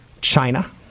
China